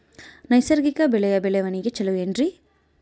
ನೈಸರ್ಗಿಕ ಬೆಳೆಯ ಬೆಳವಣಿಗೆ ಚೊಲೊ ಏನ್ರಿ?